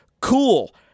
Cool